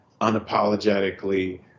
unapologetically